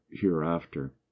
hereafter